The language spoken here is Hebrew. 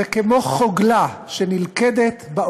נא לא להפריע.